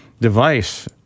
device